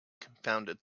confounded